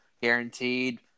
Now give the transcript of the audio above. guaranteed